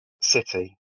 City